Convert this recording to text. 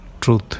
truth